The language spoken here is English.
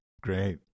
Great